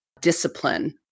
discipline